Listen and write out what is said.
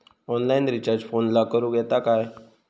Online recharge फोनला करूक येता काय?